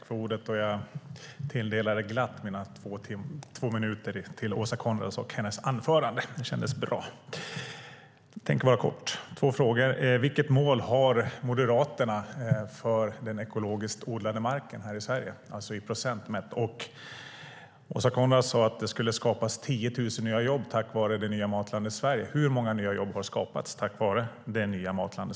Fru talman! Jag tänker vara kort. Jag har två frågor. Vilket mål, det vill säga i procent mätt, har Moderaterna för den ekologiskt odlade marken här i Sverige? Åsa Coenraads sade att det skulle skapas 10 000 nya jobb tack vare Sverige - det nya matlandet. Hur många jobb har skapats tack vare Sverige - det nya matlandet?